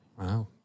wow